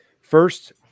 First –